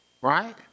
right